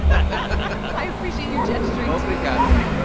i i appreciate you gesturing. obrigado. do i look